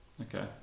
Okay